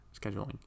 scheduling